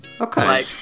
Okay